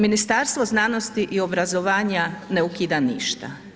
Ministarstvo znanosti i obrazovanja ne ukida ništa.